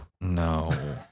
No